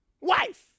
Wife